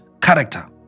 character